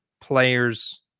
players